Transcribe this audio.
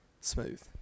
Smooth